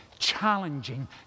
Challenging